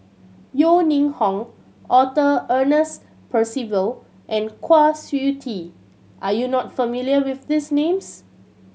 Yeo Ning Hong Arthur Ernest Percival and Kwa Siew Tee are you not familiar with these names